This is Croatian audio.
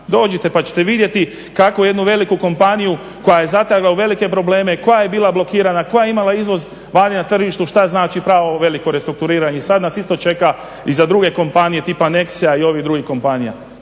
Dođite pa ćete vidjeti kakvu jednu veliku kompaniju koja je … u velike probleme, koja je bila blokirana, koja je imala izvoz vani na tržištu, šta znači pravo veliko restrukturiranje. I sad nas isto čeka i za druge kompanije tipa Nexia i ovih drugih kompanija.